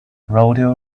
rodeo